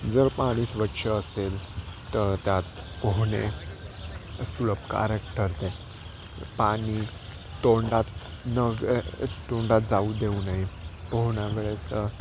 जर पाणी स्वच्छ असेल तर त्यात पोहणे सुलभकारक ठरते पाणी तोंडात न तोंडात जाऊ देऊ नये पोहण्या वेळेस